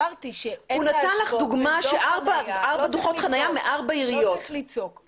אני רק מציג לכם את החלופה שקיימת היום במרכז לגביית קנסות,